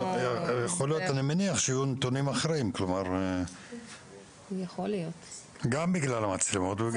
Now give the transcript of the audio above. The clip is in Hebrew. אני מניח שיהיו נתונים אחרים, גם בגלל המצלמות.